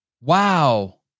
Wow